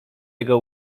jego